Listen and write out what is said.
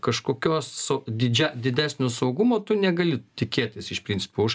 kažkokios su didžia didesnio saugumo tu negali tikėtis iš principo už